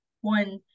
one